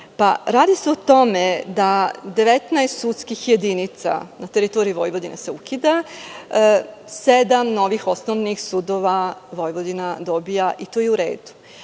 radi se o tome da 19 sudskih jedinica, n a teritoriji Vojvodine se ukida, a sedam novih osnovnih sudova, Vojvodina dobija i to je u redu.I